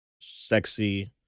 sexy